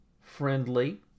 friendly